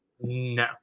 No